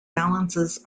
balances